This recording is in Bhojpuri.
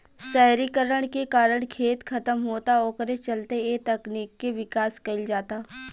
शहरीकरण के कारण खेत खतम होता ओकरे चलते ए तकनीक के विकास कईल जाता